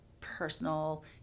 personal